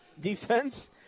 defense